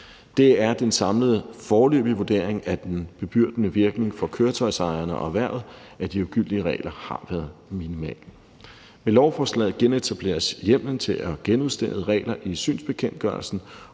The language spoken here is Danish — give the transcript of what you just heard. Det er den samlede foreløbige vurdering, at den bebyrdende virkning af de ugyldige regler for køretøjsejerne og erhvervet har været minimal. Med lovforslaget genetableres hjemmelen til at genudstede regler i synsbekendtgørelsen